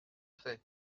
fait